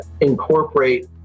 incorporate